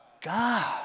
God